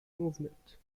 movement